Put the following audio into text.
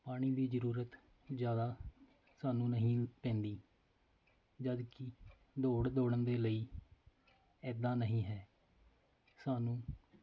ਪਾਣੀ ਦੀ ਜ਼ਰੂਰਤ ਜ਼ਿਆਦਾ ਸਾਨੂੰ ਨਹੀਂ ਪੈਂਦੀ ਜਦਕਿ ਦੌੜ ਦੌੜਨ ਦੇ ਲਈ ਇੱਦਾਂ ਨਹੀਂ ਹੈ ਸਾਨੂੰ